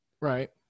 right